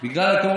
בגלל גל החום.